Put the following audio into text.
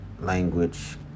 language